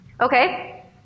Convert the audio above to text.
Okay